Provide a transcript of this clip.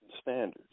standards